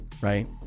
Right